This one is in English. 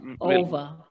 Over